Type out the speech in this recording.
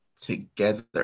together